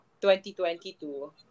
2022